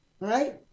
right